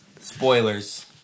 Spoilers